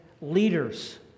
leaders